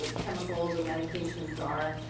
chemicals or medications are.